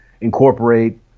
incorporate